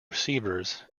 receivers